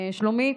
שלומית,